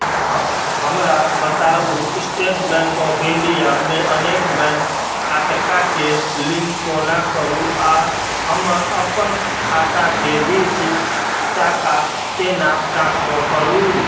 हमरा बताउ State Bank of इंडियामे अनेक बैंक खातकाके लिंक कोना करु आ हमर अपन खाताके बीच टाका केना ट्रांसफर करु